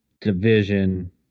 Division